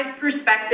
perspective